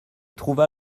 trouva